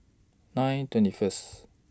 nine twenty First